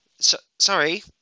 Sorry